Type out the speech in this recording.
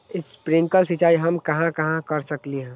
Sprinkle सिंचाई हम कहाँ कहाँ कर सकली ह?